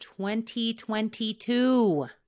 2022